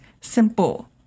simple